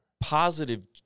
positive